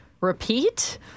repeat